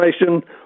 information